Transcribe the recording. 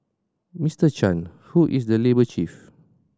Mr Chan who is the labour chief